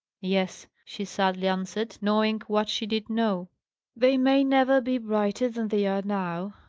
yes, she sadly answered, knowing what she did know they may never be brighter than they are now.